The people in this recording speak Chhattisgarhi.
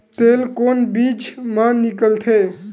तेल कोन बीज मा निकलथे?